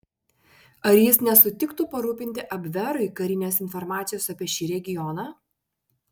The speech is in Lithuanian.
ar jis nesutiktų parūpinti abverui karinės informacijos apie šį regioną